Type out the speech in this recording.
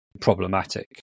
problematic